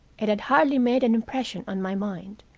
it had hardly made an impression on my mind.